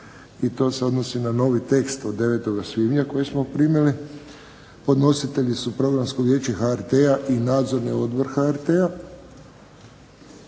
I to se odnosi na novi tekst od 9. svibnja koji smo primili. Podnositelji su Programsko vijeće HRT-a i Nadzorni odbor HRT-a.